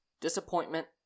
Disappointment